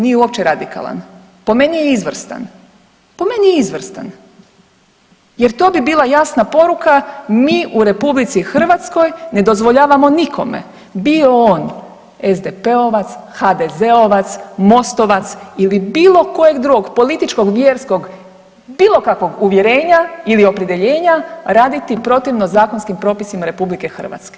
Nije uopće radikalan, po meni je izvrstan, po meni je izvrstan jer to bi bila jasna poruka, mi u RH ne dozvoljavamo nikome bio on SDP-ovac, HDZ-ovac, MOST-ovac ili bilo kojeg drugog političkog, vjerskog, bilo kakvog uvjerenja ili opredjeljenja raditi protivno zakonskim propisima RH.